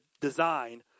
design